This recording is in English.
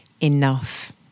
enough